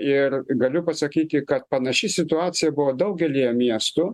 ir galiu pasakyti kad panaši situacija buvo daugelyje miestų